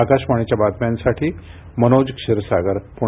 आकाशवाणी बातम्यांसाठी मनोज क्षीरसागर पुणे